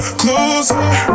closer